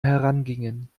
herangingen